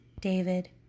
David